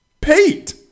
Pete